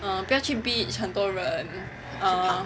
err 不要去 beach 很多人